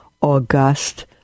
August